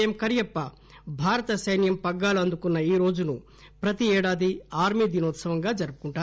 ఎం కరియప్ప భారత సైన్యం పగ్గాలు అందుకున్న ఈ రోజును ప్రతి ఏడాది ఆర్మీ దినోత్సవంగా జరుపుకుంటారు